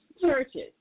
churches